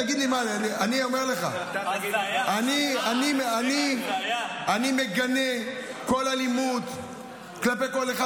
אני אומר לך, אני מגנה כל אלימות כלפי כל אחד.